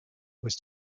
was